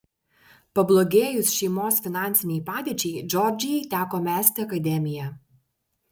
pablogėjus šeimos finansinei padėčiai džordžijai teko mesti akademiją